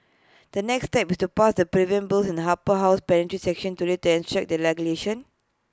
the next step is to pass the prevent bills in the Upper House plenary session today to enact the legislation